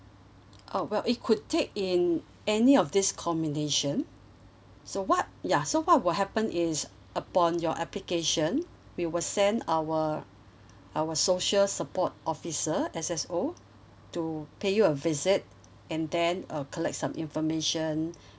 oh well it could take in any of this combination so what ya so what will happen is upon your application we will send our our social support officer S_S_O to pay you a visit and then uh collect some information